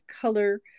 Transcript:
color